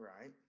Right